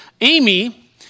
Amy